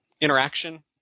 interaction